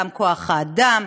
גם כוח-האדם,